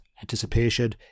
anticipation